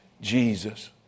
Jesus